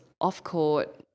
off-court